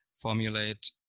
formulate